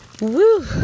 Woo